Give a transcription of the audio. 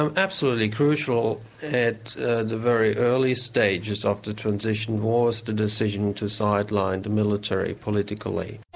um absolutely crucial at the very early stages of the transition was the decision to sideline the military politically.